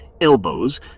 elbows